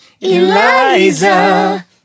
Eliza